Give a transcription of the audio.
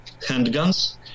handguns